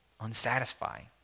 unsatisfying